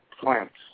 plants